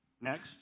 Next